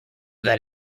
that